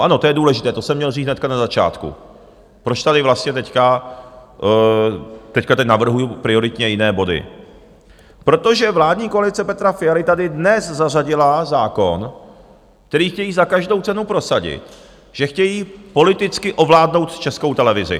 Ano, to je důležité, to jsem měl říct hned na začátku, proč tady vlastně teď navrhuji prioritně jiné body: protože vládní koalice Petra Fialy tady dnes zařadila zákon, který chtějí za každou cenu prosadit, že chtějí politicky ovládnout Českou televizi.